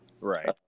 Right